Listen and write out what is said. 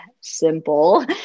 simple